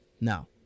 now